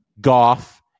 Goff